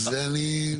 על זה אני דיברתי.